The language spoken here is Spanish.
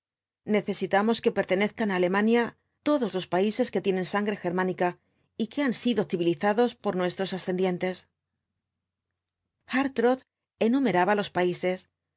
necesitamos que pertenezcan á alemania todos los países que tienen sangre germánica y que han sido civilizados por nuestros ascendientes hartrott enumeraba los países holanda y